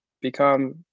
become